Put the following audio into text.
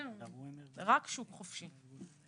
רק שוק חופשי.